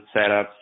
setups